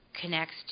connects